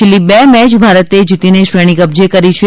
છેલ્લી બે મેય ભારતે જીતીને શ્રેણી કબજે કરી છે